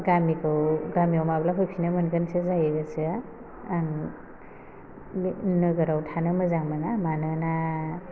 गामिखौ गामियाव माब्लाफैफिननो मोनगोनसो जायो गोसोआ आं नो नोगोराव थानो मोजां मोना मानोना